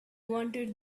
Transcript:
wanted